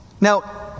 Now